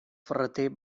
ferrater